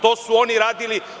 To su oni radili.